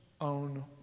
own